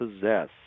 possess